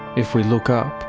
if we look up,